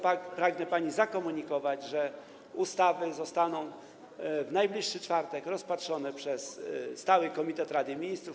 Pragnę pani zakomunikować, że ustawy zostaną w najbliższy czwartek rozpatrzone przez Stały Komitet Rady Ministrów.